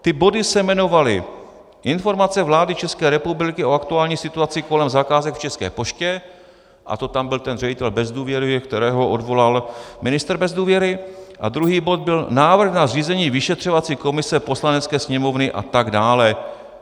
Ty body se jmenovaly Informace vlády České republiky o aktuální situaci kolem zakázek v České poště, a to tam byl ten ředitel bez důvěry, kterého odvolal ministr bez důvěry, a druhý bod byl Návrh na zřízení vyšetřovací komise Poslanecké sněmovny a tak dále.